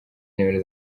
nimero